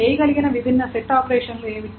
చేయగలిగిన విభిన్న సెట్ ఆపరేషన్లు ఏమిటి